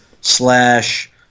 slash